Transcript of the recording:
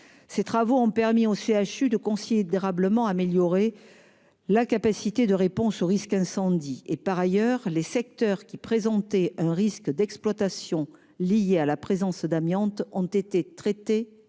Ces travaux ont permis au CHU de considérablement améliorer sa capacité de réponse au risque incendie. Par ailleurs, les secteurs qui présentaient un risque d'exploitation lié à la présence d'amiante ont été traités